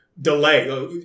Delay